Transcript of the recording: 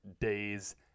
days